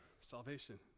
salvation